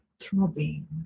throbbing